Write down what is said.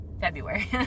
February